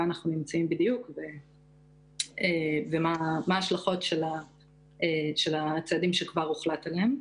אנחנו נמצאים בדיוק ומה ההשלכות של הצעדים שכבר הוחלט עליהם.